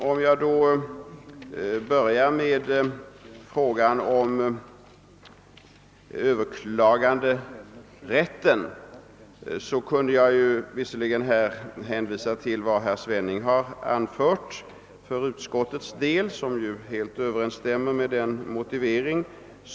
När det gäller frågan om överklaganderätten kunde jag visserligen inskränka mig till att hänvisa till vad herr Svenning anfört — det överensstämmer helt med den motivering.